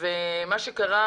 מה שקרה